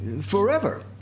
forever